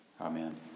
Amen